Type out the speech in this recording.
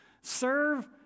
Serve